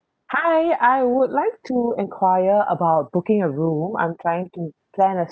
hi I would like to enquire about booking a room I'm trying to plan a